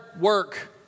work